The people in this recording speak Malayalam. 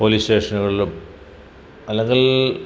പോലീസ് സ്റ്റേഷനുകളിലും അല്ലെങ്കിൽ